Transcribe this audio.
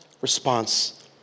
response